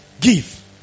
Give